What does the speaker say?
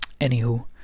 anywho